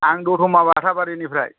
आं दत'मा बासाबारिनिफ्राय